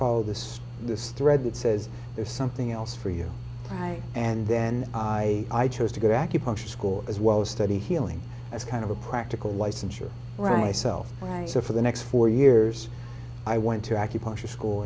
follow this this thread that says there's something else for you and i and then i chose to go to acupuncture school as well as study healing as kind of a practical licensure rice self so for the next four years i went to acupuncture school